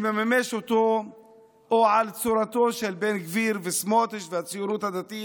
שמממש אותו או על צורתו של בן גביר וסמוטריץ' והציונות הדתית.